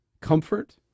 comfort